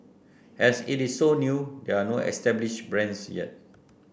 as it is so new there are no established brands yet